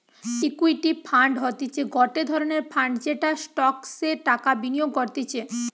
equity fund হতিছে গটে ধরণের ফান্ড যেটা স্টকসে টাকা বিনিয়োগ করতিছে